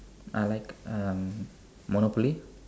I like uh Monopoly